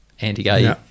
anti-gay